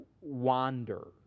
wander